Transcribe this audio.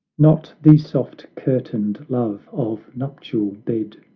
not the soft-curtained love of nuptial bed,